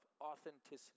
authenticity